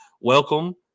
welcome